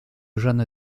jeanne